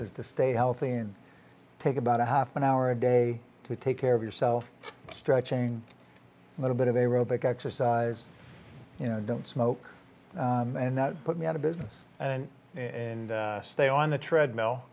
is to stay healthy and take about a half an hour a day to take care of yourself stretching a little bit of a road bike exercise you know don't smoke and that put me out of business and and stay on the treadmill